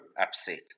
upset